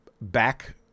back